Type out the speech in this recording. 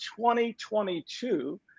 2022